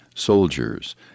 Soldiers